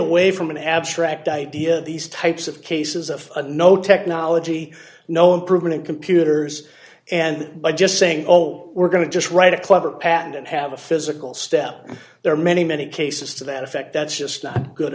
away from an abstract idea these types of cases of no technology no improvement in computers and by just saying oh we're going to just write a clever patent and have a physical step there are many many cases to that effect that's just not good